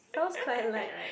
sounds quite light right